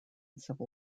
civil